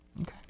Okay